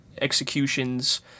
executions